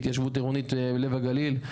התיישבות עירונית לב הגליל,